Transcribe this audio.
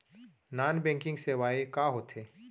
Non banking सेवाएं का होथे?